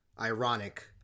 ironic